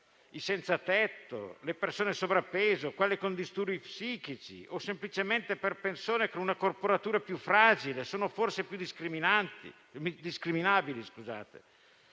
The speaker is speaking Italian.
I senzatetto, le persone sovrappeso, quelle con disturbi psichici o semplicemente con una corporatura più fragile sono forse più discriminabili?